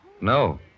No